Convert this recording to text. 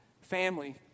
family